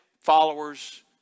followers